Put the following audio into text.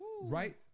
right